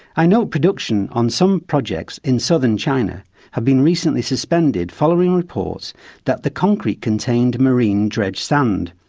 i know production on some projects in southern china have been recently suspended following reports that the concrete contained marine dredged sand,